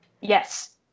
Yes